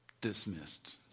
dismissed